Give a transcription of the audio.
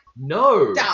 No